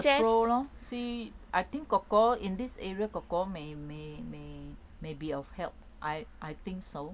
ask the pro lor see I think kor kor in this area kor kor may may may may be of help I I think so